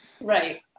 Right